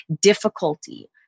difficulty